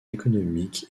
économique